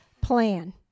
plan